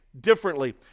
Differently